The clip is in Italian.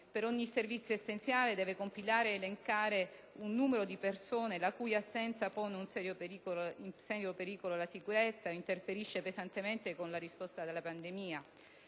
Per ogni servizio essenziale deve compilare ed elencare un numero di persone, la cui assenza pone in serio pericolo la sicurezza ed interferisce pesantemente con la risposta alla pandemia.